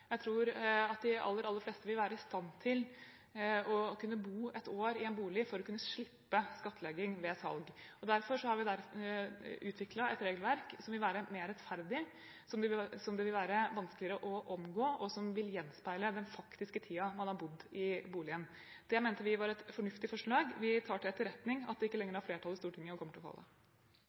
Jeg tror de aller fleste vil være i stand til å kunne bo ett år i en bolig for å kunne slippe skattlegging ved salg. Derfor har vi utviklet et regelverk som vil være mer rettferdig, som det vil være vanskeligere å omgå, og som vil gjenspeile den faktiske tiden man har bodd i boligen. De mente vi var et fornuftig forslag. Vi tar til etterretning at det ikke lenger har flertall i Stortinget og kommer til å falle.